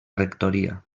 rectoria